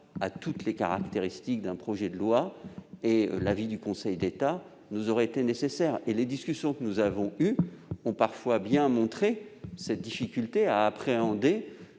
a toutes les caractéristiques d'un projet de loi et qu'un avis du Conseil d'État aurait été nécessaire. Les discussions que nous avons eues ont parfois montré une difficulté à appréhender